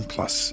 Plus